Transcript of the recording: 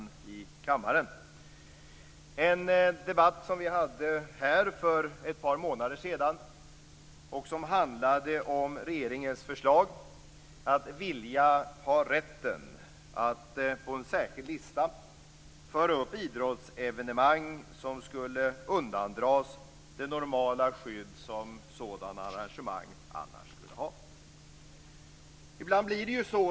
Vi hade en debatt för ett par månader sedan, som handlade om regeringens förslag att få rätt att på en särskild lista föra upp idrottsevenemang som undandras det normala skydd sådana evenemang annars har.